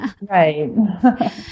Right